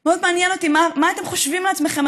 אבל מאוד מעניין אותי מה אתם חושבים לעצמכם,